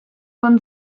von